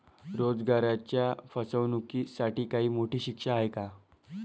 रोजगाराच्या फसवणुकीसाठी काही मोठी शिक्षा आहे का?